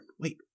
Wait